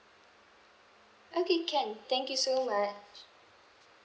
okay can thank you so much